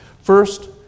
First